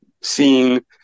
seeing